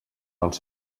dels